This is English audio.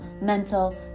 mental